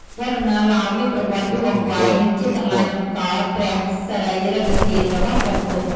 វត្តឧណ្ណាលោមមានប្រវត្តិយូរអង្វែង និងជាកន្លែងតម្កល់ព្រះសារីរិកធាតុរបស់ព្រះពុទ្ធ។